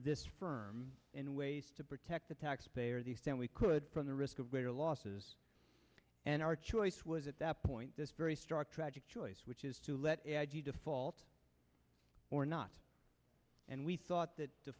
this firm in ways to protect the taxpayer the extent we could from the risk of greater losses and our choice was at that point this very stark tragic choice which is to let the fault or not and we thought that